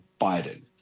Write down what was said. Biden